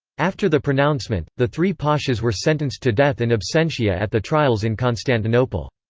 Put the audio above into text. after the pronouncement, the three pashas were sentenced to death in absentia at the trials in constantinople.